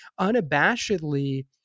unabashedly